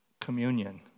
communion